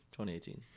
2018